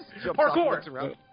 Parkour